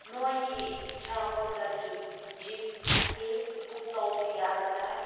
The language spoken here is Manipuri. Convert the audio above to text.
ꯅꯣꯏꯒꯤ ꯇ꯭ꯔꯥꯕꯦꯜ ꯒꯥꯔꯤ ꯖꯤꯞ ꯑꯁꯤ ꯕꯨꯛ ꯇꯧꯕ ꯌꯥꯒꯗ꯭ꯔꯥ